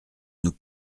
nous